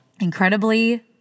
incredibly